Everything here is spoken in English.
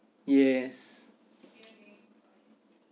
yes